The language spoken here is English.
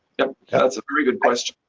that's a pretty good question,